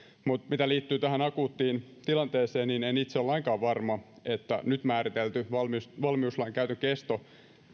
mutta mitä liittyy tähän akuuttiin tilanteeseen niin en itse ole lainkaan varma että nyt määritelty valmiuslain käytön kesto